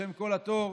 בשם "קול התור",